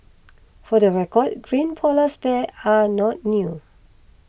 for the record green polars bears are not new